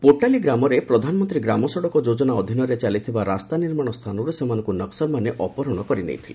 ପୋଟାଲି ଗ୍ରାମରେ ପ୍ରଧାନମନ୍ତ୍ରୀ ଗ୍ରାମସଡ଼କ ଯୋଜନା ଅଧୀନରେ ଚାଲିଥିବା ରାସ୍ତା ନିର୍ମାଣ ସ୍ଥାନରୁ ସେମାନଙ୍କୁ ନକୁଲମାନେ ଅପହରଣ କରି ନେଇଥିଲେ